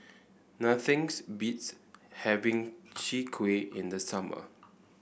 nothings beats having Chwee Kueh in the summer